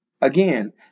again